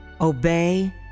obey